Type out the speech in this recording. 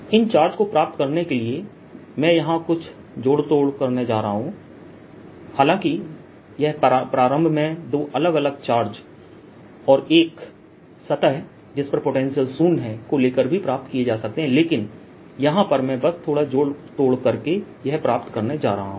इन charge को प्राप्त करने के लिए मैं यहाँ कुछ जोड़ तोड़ करने जा रहा हूँ हालाँकि यह प्रारंभ में दो अलग अलग चार्ज और एक सतह जिस पर पोटेंशियल शून्य है को लेकर भी प्राप्त किए जा सकते हैं लेकिन यहां पर मैं बस थोड़ा जोड़तोड़ करके यह प्राप्त करने जा रहा हूं